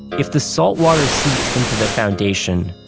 if the saltwater seeped into the foundation,